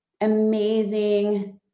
amazing